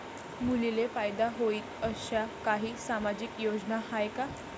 मुलींले फायदा होईन अशा काही सामाजिक योजना हाय का?